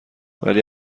ولی